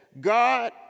God